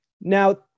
Now